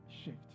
shift